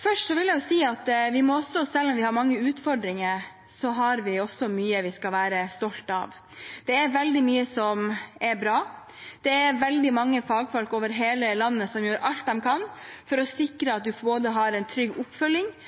Først vil jeg si at selv om vi har mange utfordringer, har vi også mye vi skal være stolte av. Det er veldig mye som er bra. Det er veldig mange fagfolk over hele landet som gjør alt de kan for å sikre at man både har en trygg oppfølging,